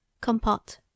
Compote